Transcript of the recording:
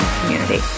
community